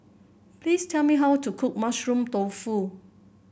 please tell me how to cook Mushroom Tofu